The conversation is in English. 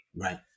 Right